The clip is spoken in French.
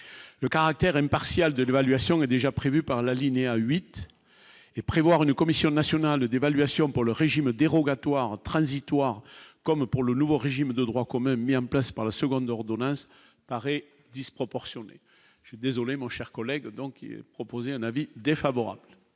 le caractère impartial de l'évaluation est déjà prévue par l'alinéa 8 et prévoir une commission nationale d'évaluation pour le régime dérogatoire transitoire, comme pour le nouveau régime de droit commun mis en place par la seconde ordonnance paraît disproportionnée, je suis désolé, mon cher collègue, donc il est proposé un avis défavorable.